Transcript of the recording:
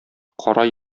кара